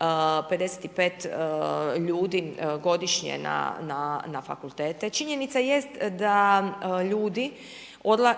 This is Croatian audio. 55 ljudi godišnje na fakultete. Činjenica jest da ljudi